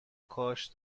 کاش